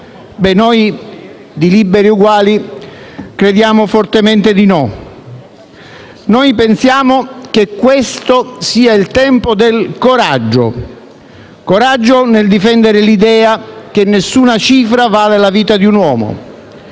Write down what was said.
Noi di Liberi e Uguali crediamo fortemente di no. Noi pensiamo che questo sia il tempo del coraggio; coraggio nel difendere l'idea che nessuna cifra vale la vita di un uomo,